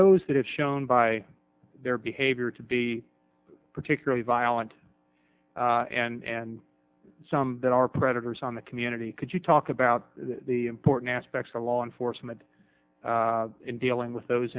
those that have shown by their behavior to be particularly violent and some that are predators on the community could you talk about the important aspects of law enforcement in dealing with those